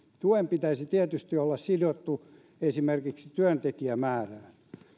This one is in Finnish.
tuen pitäisi tietysti olla sidottu esimerkiksi työntekijämäärään